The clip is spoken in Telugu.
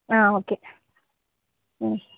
ఓకే